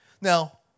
Now